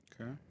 okay